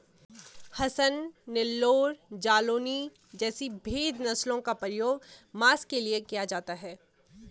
हसन, नेल्लौर, जालौनी जैसी भेद नस्लों का प्रयोग मांस के लिए किया जाता है